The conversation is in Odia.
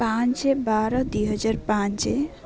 ପାଞ୍ଚ ବାର ଦୁଇହଜାର ପାଞ୍ଚ